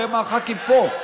הרבה מהח"כים פה,